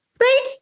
Right